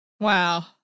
Wow